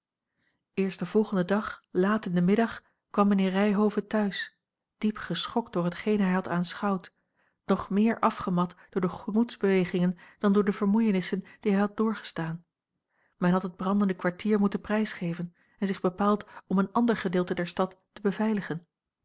eerst den volgenden dag laat in den middag kwam mijnheer ryhove thuis diep geschokt door hetgeen hij had aanschouwd nog meer afgemat door de gemoedsbewegingen dan door de vermoeienissen die hij had doorgestaan men had het brandende kwartier moeten prijsgeven en zich bepaald om een ander gea l g bosboom-toussaint langs een omweg deelte der stad te beveiligen